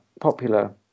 popular